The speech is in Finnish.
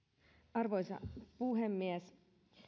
arvoisa puhemies